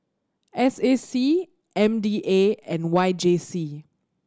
S A C M D A and Y J C